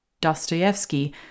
Dostoevsky